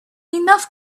enough